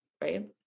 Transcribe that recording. right